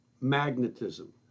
magnetism